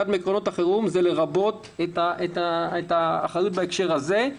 אחד מעקרונות החירום הוא לרבות את האחריות בהקשר הזה.